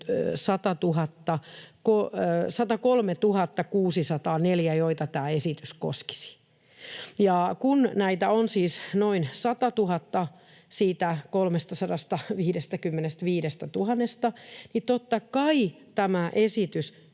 103 604, joita tämä esitys koskisi, ja kun näitä on siis noin 100 000 siitä 355 000:sta, niin totta kai tämä esitys